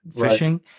fishing